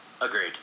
Agreed